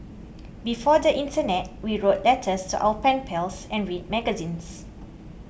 before the internet we wrote letters to our pen pals and read magazines